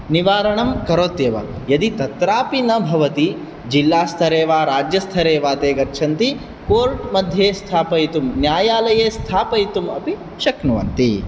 निवारणं करोत्येव यदि तत्रापि न भवति जिला स्तरे वा राज्य स्तरे वा ते गच्छति कोर्ट् मध्ये स्थापयितुं न्यायालये स्थापयितुम् अपि शक्नुवन्ति